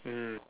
mm